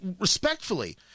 respectfully